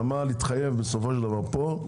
הנמל התחייב פה,